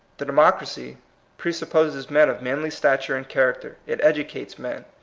the democracy presupposes men of manly stat ure and character it educates men.